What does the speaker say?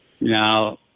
Now